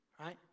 right